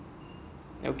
okay